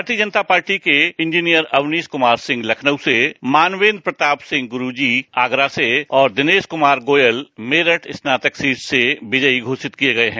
भारतीय जनता पार्टी के इंजीनियर अवनीश कुमार सिंह लखनऊ से मानवेंद्र प्रताप सिंह गुरुजी आगरा से और दिनेश कुमार गोयल मेरठ स्नातक सीट से विजयी घोषित किए गए हैं